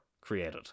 created